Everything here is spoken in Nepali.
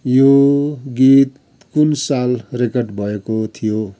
यो गीत कुन साल रेकर्ड भएको थियो